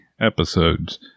episodes